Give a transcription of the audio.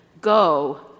go